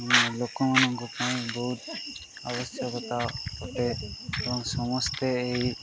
ଲୋକମାନଙ୍କ ପାଇଁ ବହୁତ ଆବଶ୍ୟକତା ଅଟେ ଏବଂ ସମସ୍ତେ ଏଇ